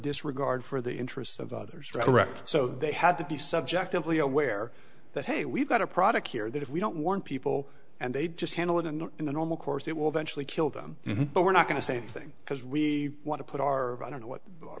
disregard for the interests of others direct so they had to be subjectively aware that hey we've got a product here that if we don't want people and they just handle it in the normal course it will eventually kill them but we're not going to say anything because we want to put our i don't know what our